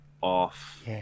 off